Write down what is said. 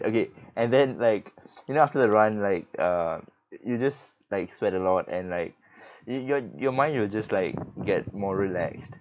okay and then like you know after the run like uh you just like sweat a lot and like your your your mind you'll just like get more relaxed